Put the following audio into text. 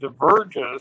diverges